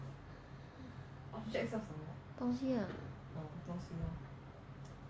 东西啦